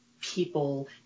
people